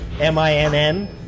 M-I-N-N